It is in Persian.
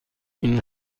این